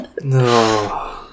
No